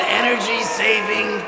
energy-saving